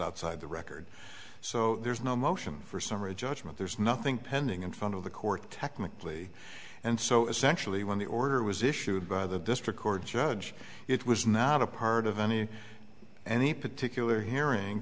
outside the record so there's no motion for summary judgment there's nothing pending in front of the court technically and so essentially when the order was issued by the district court judge it was not a part of any any particular hearing